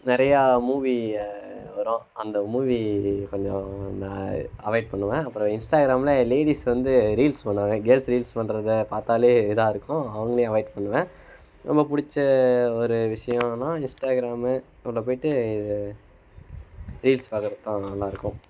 நிறையா மூவி வரும் அந்த மூவி கொஞ்சம் நான் அவாய்ட் பண்ணுவேன் அப்புறம் இன்ஸ்டாகிராமில் லேடீஸ் வந்து ரீல்ஸ் பண்ணுவாங்க கேர்ள்ஸ் ரீல்ஸ் பண்ணுறத பார்த்தாலே இதாக இருக்கும் அவங்களையும் அவாய்ட் பண்ணுவேன் ரொம்ப பிடிச்ச ஒரு விஷயம்னா இன்ஸ்டாகிராமு உள்ளே போய்விட்டு ரீல்ஸ் பார்க்கறது தான் நல்லாயிருக்கும்